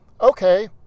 Okay